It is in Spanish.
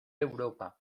europa